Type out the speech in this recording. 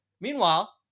meanwhile